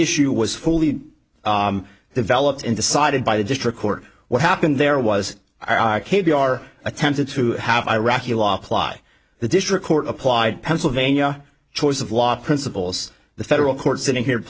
issue was fully developed in decided by the district court what happened there was our k b r attempted to have iraqi law apply the district court applied pennsylvania choice of law principles the federal court sitting here